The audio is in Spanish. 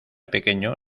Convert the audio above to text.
pequeño